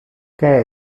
que